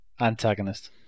Antagonist